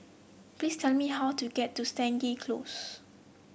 please tell me how to get to Stangee Close